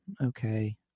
okay